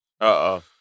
Uh-oh